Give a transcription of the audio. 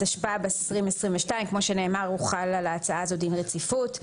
התשפ"ב 2022. כמו שנאמר הוחל על ההצעה הזאת דין רציפות.